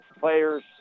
players